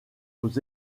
aux